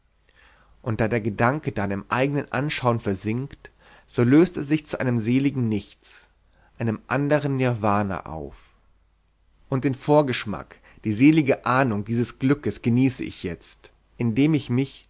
und da der gedanke dann im eigenen anschaun versinkt so löst er sich zu einem seligen nichts einem anderen nirvana auf und den vorgeschmack die selige ahnung dieses glückes genieße ich jetzt indem ich mich